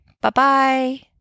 Bye-bye